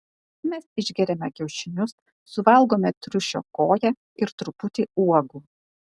mes išgeriame kiaušinius suvalgome triušio koją ir truputį uogų